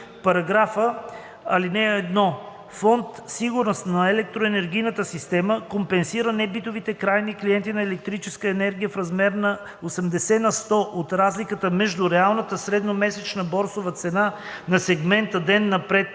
„§... (1) Фонд „Сигурност на електроенергийната система“ компенсира небитовите крайни клиенти на електрическа енергия в размер 80 на сто от разликата между реалната средномесечна борсова цена на сегмента „Ден напред“